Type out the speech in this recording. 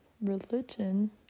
religion